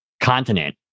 continent